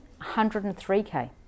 103k